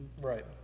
Right